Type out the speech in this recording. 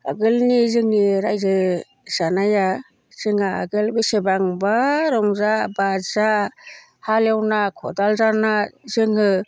आगोलनि जोंनि रायजो जानाया जोंहा आगोल बेसेबांबा रंजा बाजा हालेवना खदाल जावना जोङो